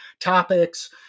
topics